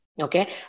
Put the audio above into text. Okay